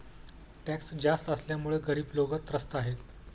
tax जास्त असल्यामुळे गरीब लोकं त्रस्त आहेत